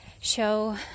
show